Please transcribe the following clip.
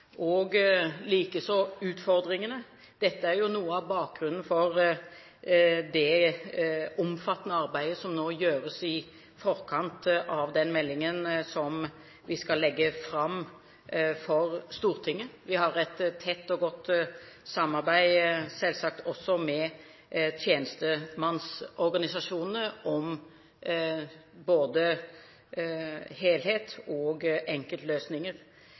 og likeså utfordringene. Dette er jo noe av bakgrunnen for det omfattende arbeidet som nå gjøres i forkant av den meldingen som vi skal legge fram for Stortinget. Vi har også et tett og godt samarbeid, selvsagt, med tjenestemannsorganisasjonene om både helhet og enkeltløsninger.